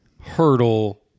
hurdle